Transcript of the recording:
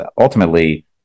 ultimately